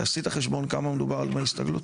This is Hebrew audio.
אתה עשית חשבון של כמה מדובר בדמי הסתגלות?